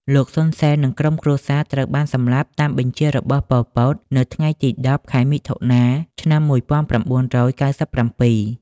លោក សុន សេន និងក្រុមគ្រួសារត្រូវបាន សម្លាប់តាមបញ្ជារបស់ ប៉ុល ពត នៅ ថ្ងៃទី១០ ខែមិថុនា ឆ្នាំ១៩៩៧ ។